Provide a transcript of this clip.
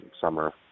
Summer